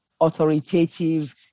authoritative